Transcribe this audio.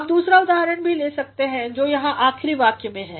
आप दूसरा उदाहरण भी ले सकते है जो यहाँ आखरी वाक्य में है